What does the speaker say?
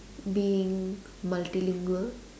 being multilingual